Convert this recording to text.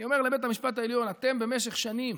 אני אומר לבית המשפט העליון: אתם, במשך שנים,